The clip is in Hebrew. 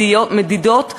מדידות,